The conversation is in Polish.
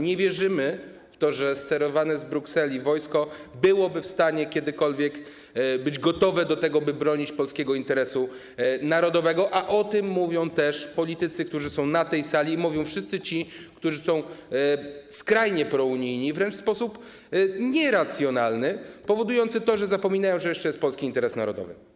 Nie wierzymy w to, że sterowane z Brukseli wojsko byłoby kiedykolwiek gotowe do tego, by bronić polskiego interesu narodowego, a o tym mówią też politycy, którzy są na tej sali, i mówią wszyscy ci, którzy są skrajnie prounijni, wręcz w sposób nieracjonalny, powodujący to, że zapominają, że jeszcze jest polski interes narodowy.